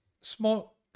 small